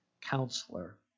Counselor